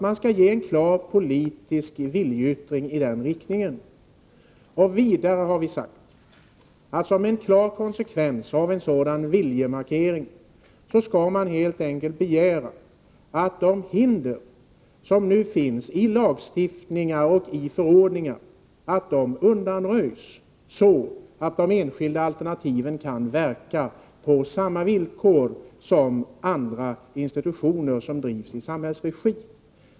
Man skall avge en klar politisk viljeyttring i den riktningen. Vidare har vi sagt att man som en konsekvens av en sådan viljemarkering helt enkelt skall begära att de hinder som nu finns — i lagstiftningen och i förordningar — undanröjs, så att de enskilda alternativen kan verka på samma villkor som institutioner som drivs i samhällets regi.